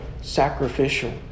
sacrificial